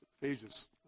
pages